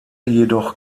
jedoch